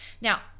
Now